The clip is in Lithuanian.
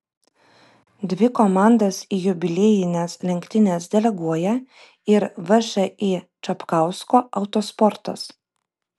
dvi komandas į jubiliejines lenktynes deleguoja ir všį čapkausko autosportas